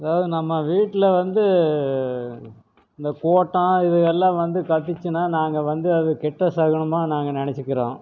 அதாவது நம்ம வீட்டில் வந்து இந்த கோட்டான் இதுவெல்லாம் வந்து கத்துச்சுனா நாங்கள் வந்து அது கெட்ட சகுனமாக நாங்கள் நினைச்சிக்கிறோம்